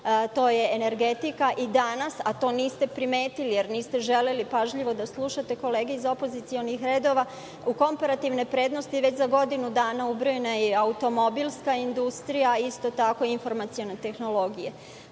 to je energetika. I danas, a to niste primetili jer niste želeli pažljivo da slušate kolege iz opozicionih redova, u komparativne prednosti već za godinu dana je ubrojena i automobilska industrija, a isto tako i informacione tehnologije.